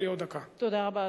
תקבלי עוד דקה עכשיו.